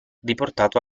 riportato